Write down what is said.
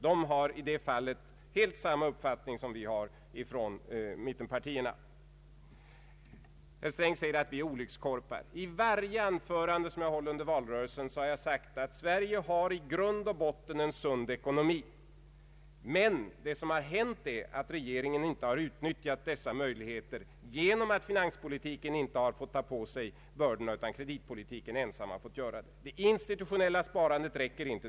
Den har i det fallet samma uppfattning som mittenpartierna. Herr Sträng sade att vi är olyckskorpar. I varje anförande som jag hållit under valrörelsen har jag sagt att Sverige har i grund och botten en sund ckonomi. Det som har hänt är att regeringen inte har utnyttjat möjligheterna. Finanspolitiken har inte fått ta på sig bördorna, utan kreditpolitiken ensam har fått göra det. Det institutionella sparandet räcker inte.